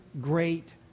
great